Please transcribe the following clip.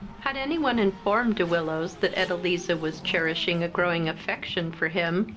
had any one informed de willows that edeliza was cherishing a growing affection for him,